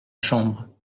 chambre